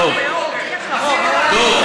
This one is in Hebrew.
לא,